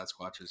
Sasquatches